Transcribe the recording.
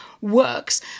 works